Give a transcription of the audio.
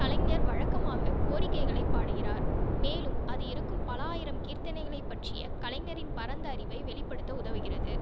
கலைஞர் வழக்கமாகக் கோரிக்கைகளைப் பாடுகிறார் மேலும் அது இருக்கும் பல ஆயிரம் கீர்த்தனைகளைப் பற்றிய கலைஞரின் பரந்த அறிவை வெளிப்படுத்த உதவுகிறது